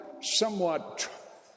somewhat